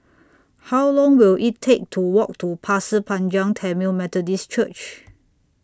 How Long Will IT Take to Walk to Pasir Panjang Tamil Methodist Church